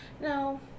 No